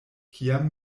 kiam